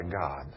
God